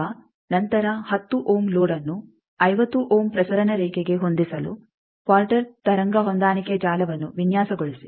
ಈಗ ನಂತರ 10 ಓಮ್ ಲೋಡ್ಅನ್ನು 50 ಓಮ್ ಪ್ರಸರಣ ರೇಖೆಗೆ ಹೊಂದಿಸಲು ಕ್ವಾರ್ಟರ್ ತರಂಗ ಹೊಂದಾಣಿಕೆ ಜಾಲವನ್ನು ವಿನ್ಯಾಸಗೊಳಿಸಿ